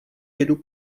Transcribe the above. jedu